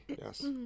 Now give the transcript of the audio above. yes